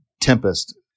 tempest